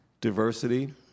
diversity